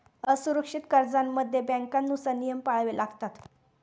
असुरक्षित कर्जांमध्ये बँकांनुसार नियम पाळावे लागतात